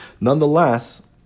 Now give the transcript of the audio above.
nonetheless